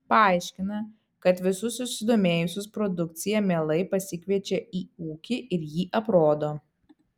paaiškina kad visus susidomėjusius produkcija mielai pasikviečia į ūkį ir jį aprodo